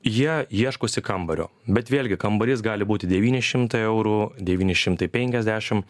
jie ieškosi kambario bet vėlgi kambarys gali būti devyni šimtai eurų devyni šimtai penkiasdešim